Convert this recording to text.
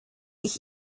ich